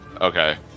Okay